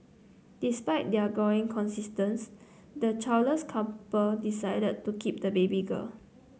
despite their gnawing conscience the childless couple decide to keep the baby girl